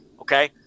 Okay